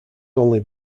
only